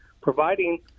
providing